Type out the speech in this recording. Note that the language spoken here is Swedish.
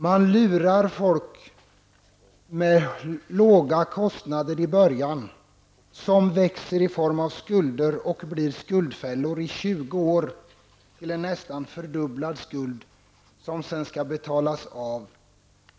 Man lurar folk med låga kostnader i början som växer och efter 20 år blir skuldfällor i form av en nästan fördubblad skuld, som sedan skall betalas av.